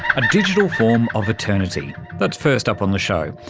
a digital form of eternity, that's first up on the show.